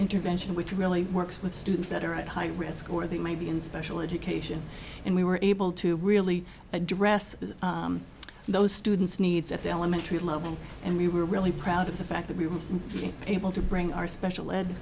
intervention which really works with students that are at high risk or they might be in special education and we were able to really address those students needs at the elementary level and we were really proud of the fact that we were able to bring our special ed